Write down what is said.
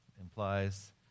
implies